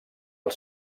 els